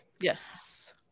Yes